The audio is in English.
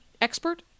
expert